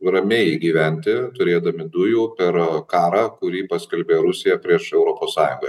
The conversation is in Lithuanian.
ramiai gyventi turėdami dujų per karą kurį paskelbė rusija prieš europos sąjungą